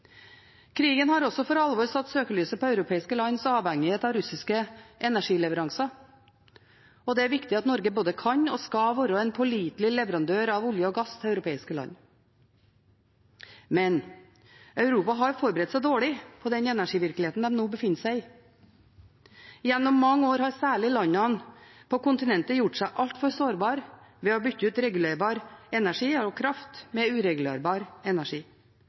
Krigen har også for alvor satt søkelyset på europeiske lands avhengighet av russiske energileveranser. Det er viktig at Norge både kan og skal være en pålitelig leverandør av olje og gass til europeiske land, men Europa har forberedt seg dårlig på den energivirkeligheten de nå befinner seg i. Gjennom mange år har særlig landene på kontinentet gjort seg altfor sårbare ved å bytte ut regulerbar energi og kraft med uregulerbar energi.